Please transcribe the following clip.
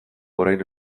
orain